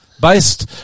Based